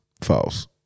False